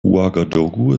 ouagadougou